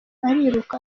ariruka